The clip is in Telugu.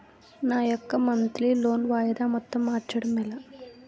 నా యెక్క మంత్లీ లోన్ వాయిదా మొత్తం మార్చడం ఎలా?